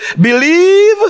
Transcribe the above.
believe